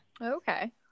Okay